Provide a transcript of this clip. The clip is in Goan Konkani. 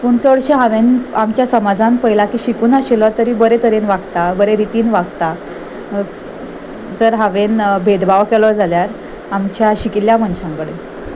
पूण चडशें हांवें आमच्या समाजान पयलां की शिकूनाशिल्लो तरी बरे तरेन वागता बरे रितीन वागता जर हांवें भेदभाव केलो जाल्यार आमच्या शिकिल्ल्या मनशां कडेन